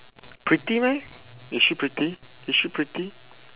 pretty meh is she pretty is she pretty